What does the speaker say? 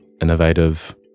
innovative